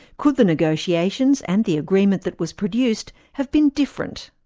could the negotiations and the agreement that was produced have been different?